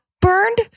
burned